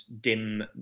dim